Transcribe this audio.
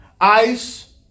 ice